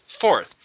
fourth